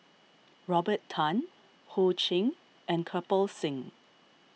Robert Tan Ho Ching and Kirpal Singh